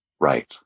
right